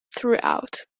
throughout